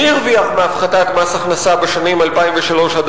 מי הרוויח מהפחתת מס הכנסה בשנים 2003 2010?